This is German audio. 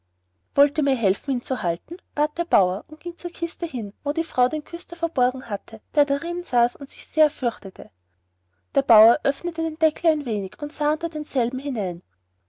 wollt ihr mir helfen ihn zu halten bat der bauer und ging zu der kiste hin wo die frau den küster verborgen hatte der darin saß und sich sehr fürchtete der bauer öffnete den deckel ein wenig und sah unter denselben hinein